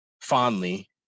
fondly